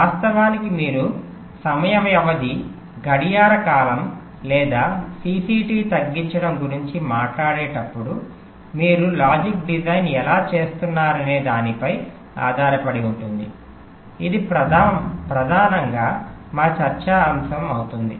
వాస్తవానికి మీరు సమయ వ్యవధి గడియార కాలం లేదా CCT తగ్గించడం గురించి మాట్లాడేటప్పుడు మీరు లాజిక్ డిజైన్ ఎలా చేస్తున్నారనే దానిపై ఆధారపడి ఉంటుంది ఇది ప్రధానంగా మా చర్చా అంశం అవుతుంది